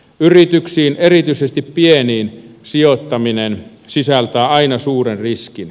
yrityksiin erityisesti pieniin sijoittaminen sisältää aina suuren riskin